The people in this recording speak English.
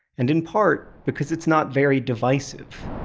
and in part because it's not very divisive.